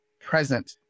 present